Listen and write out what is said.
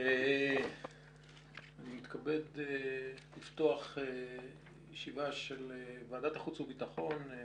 אני מתכבד לפתוח את הישיבה של ועדת החוץ והביטחון,